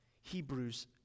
Hebrews